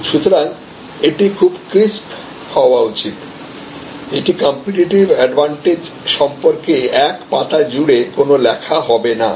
সুতরাং এটি খুব ক্রিস্প হওয়া উচিত এটি কম্পিটিটিভ অ্যাডভান্টেজ সম্পর্কে এক পাতা জুড়ে কোন লেখা হবে না